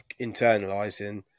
internalizing